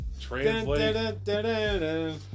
translate